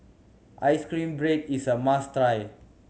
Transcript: ice cream bread is a must try